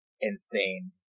insane